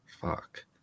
Fuck